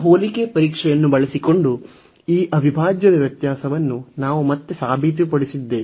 ಈ ಹೋಲಿಕೆ ಪರೀಕ್ಷೆಯನ್ನು ಬಳಸಿಕೊಂಡು ಈ ಅವಿಭಾಜ್ಯದ ವ್ಯತ್ಯಾಸವನ್ನು ನಾವು ಮತ್ತೆ ಸಾಬೀತುಪಡಿಸಿದ್ದೇವೆ